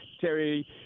Terry